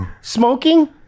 smoking